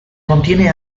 contiene